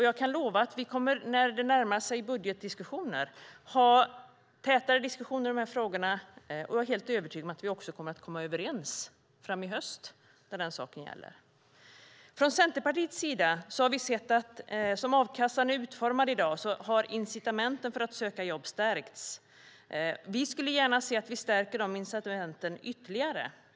Jag kan lova att vi när budgetdiskussionerna närmar sig kommer att ha täta överläggningar i frågorna, och jag är helt övertygad om att vi kommer att komma överens i höst. Vi i Centerpartiet anser att som a-kassan i dag är utformad har incitamenten för att söka jobb stärkts. Vi vill gärna stärka de incitamenten ytterligare.